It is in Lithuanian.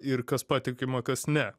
ir kas patikima kas ne